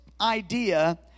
idea